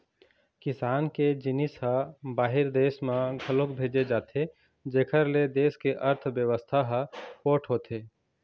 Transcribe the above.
किसान के जिनिस ह बाहिर देस म घलोक भेजे जाथे जेखर ले देस के अर्थबेवस्था ह पोठ होथे